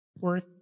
Work